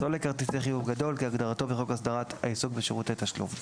"סולק כרטיסי חיוב גדול" כהגדרתו בחוק הסדרת העיסוק בשירותי תשלום".